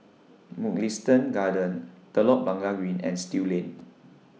Mugliston Gardens Telok Blangah Green and Still Lane